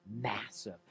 massive